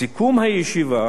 בסיכום הישיבה